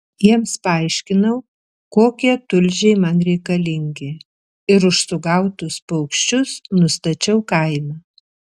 jiems paaiškinau kokie tulžiai man reikalingi ir už sugautus paukščius nustačiau kainą